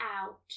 out